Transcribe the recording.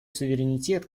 суверенитет